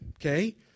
okay